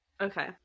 okay